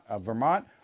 Vermont